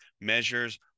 measures